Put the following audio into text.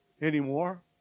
anymore